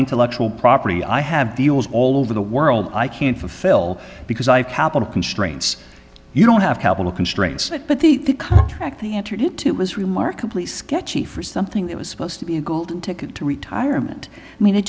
intellectual property i have deals all over the world i can't fulfill because i have capital constraints you don't have capital constraints that but the contract they entered into was remarkably sketchy for something that was supposed to be a golden ticket to retirement i mean it